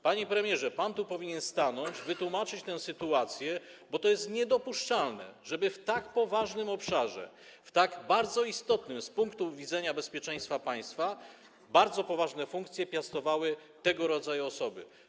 Panie premierze, pan tu powinien stanąć, wytłumaczyć tę sytuację, bo to jest niedopuszczalne, żeby w tak poważnym obszarze, w tak bardzo istotnym z punktu widzenia bezpieczeństwa państwa, bardzo poważne funkcje piastowały tego rodzaju osoby.